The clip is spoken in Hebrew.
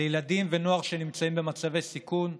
לילדים ונוער שנמצאים במצבי סיכון.